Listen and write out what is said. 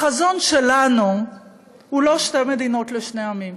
החזון שלנו הוא לא שתי מדינות לשני עמים,